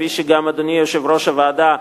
כמו אדוני יושב-ראש הוועדה,